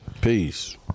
Peace